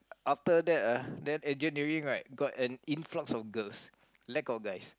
after that uh then engineering right got an influx of girls lack of guys